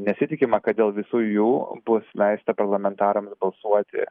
nesitikima kad dėl visų jų bus leista parlamentarams balsuoti